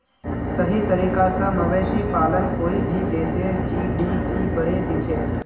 सही तरीका स मवेशी पालन कोई भी देशेर जी.डी.पी बढ़ैं दिछेक